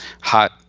hot